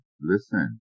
listen